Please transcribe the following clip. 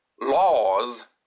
laws